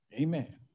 Amen